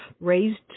raised